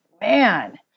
man